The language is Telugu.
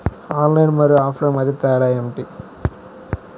ఆన్లైన్ మరియు ఆఫ్లైన్ మధ్య తేడా ఏమిటీ?